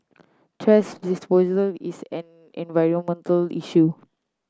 thrash disposal is an environmental issue